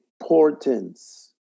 importance